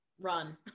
Run